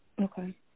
Okay